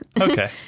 okay